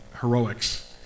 heroics